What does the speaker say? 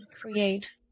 create